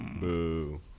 Boo